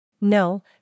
No